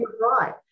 right